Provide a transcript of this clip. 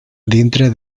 dintre